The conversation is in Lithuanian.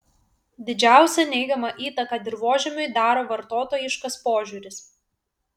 didžiausią neigiamą įtaką dirvožemiui daro vartotojiškas požiūris